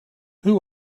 who